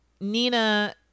Nina